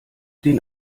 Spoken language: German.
den